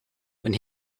when